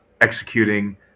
executing